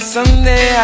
Someday